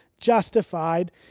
justified